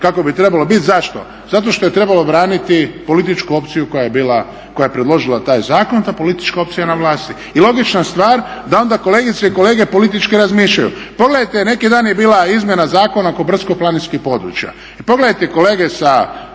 kako bi trebalo biti. Zašto? Zato što je trebalo braniti političku opciju koja je bila, koja je predložila taj zakon i ta politička opcija je na vlasti. I logična stvar da onda kolegice i kolege politički razmišljaju. Pogledajte neki dan je bila Izmjena zakona oko brdsko-planinskih područja. I pogledajte kolege sa